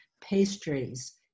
pastries